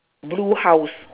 blue house